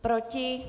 Proti?